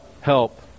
help